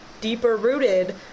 deeper-rooted